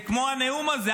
זה כמו הנאום הזה.